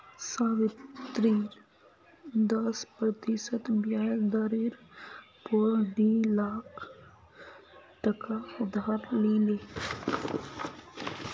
सावित्री दस प्रतिशत ब्याज दरेर पोर डी लाख टका उधार लिले